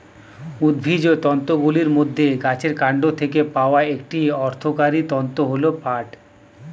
উদ্ভিজ্জ তন্তুগুলির মধ্যে গাছের কান্ড থেকে পাওয়া একটি অর্থকরী তন্তু হল পাট